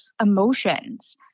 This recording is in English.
emotions